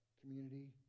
Community